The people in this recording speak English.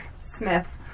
Smith